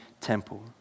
temple